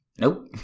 Nope